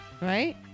right